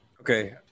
Okay